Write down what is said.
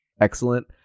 excellent